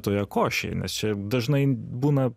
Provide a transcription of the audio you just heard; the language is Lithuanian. toje košėj nes čia dažnai būna